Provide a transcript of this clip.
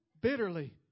bitterly